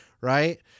right